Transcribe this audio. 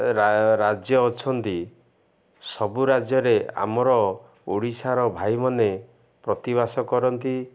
ରାଜ୍ୟ ଅଛନ୍ତି ସବୁ ରାଜ୍ୟରେ ଆମର ଓଡ଼ିଶାର ଭାଇମାନେ ପ୍ରତିିବାସ କରନ୍ତି